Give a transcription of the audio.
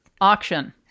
Auction